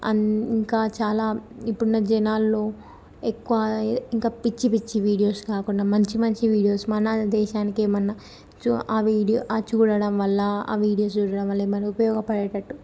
అం ఇంకా చాలా ఇప్పుడున్న జనాల్లో ఎక్కువగా ఇంకా పిచ్చి పిచ్చి వీడియోస్ కాకుండా మంచి మంచి వీడియోస్ మన దేశానికి ఏమన్నా చూ ఆ వీడియో ఆ చూడడం వల్ల ఆ వీడియోస్ చూడడం వల్ల ఏమన్నా ఉపయోగపడేటట్టు